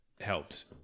helped